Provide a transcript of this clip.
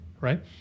right